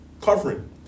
covering